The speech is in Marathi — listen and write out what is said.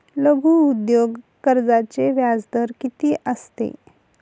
लघु उद्योग कर्जाचे व्याजदर किती असते?